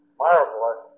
marvelous